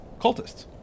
cultists